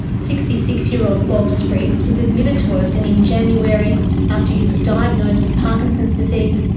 sixty six year old bob spriggs was admitted to oakden in january after he was diagnosed with parkinson's disease,